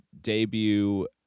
debut